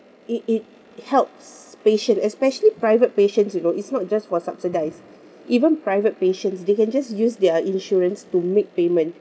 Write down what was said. it it helps patient especially private patients you know it's not just for subsidised even private patients they can just use their insurance to make payment